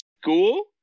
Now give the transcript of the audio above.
school